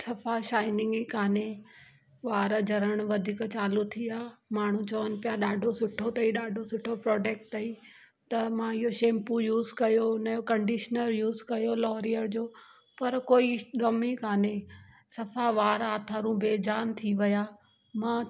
सफ़ा शाइनिंग ई कोन्हे वार झरण वधीक चालू थी विया माण्हू चवनि पिया ॾाढो सुठो अथई ॾाढो सुठो प्रोडक्ट अथई त मां इहो शैम्पू यूज़ कयो उनजो कंडीशनर यूज़ कयो लॉरियल जो पर कोई दमि ई कोन्हे सफ़ा वार आथारू बेजान थी विया मां